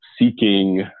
seeking